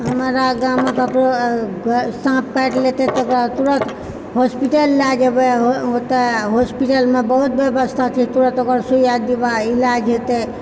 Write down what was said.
हमरा गाममे ककरो घ साँप काटि लेतै तकरा तुरत हॉस्पिटल लए जेबै ओतऽ हॉस्पिटलमे बहुत व्यवस्था छै तुरत ओकरा सुइया दवाइ इलाज हेतै